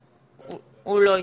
הוא לא איתנו.